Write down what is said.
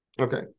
Okay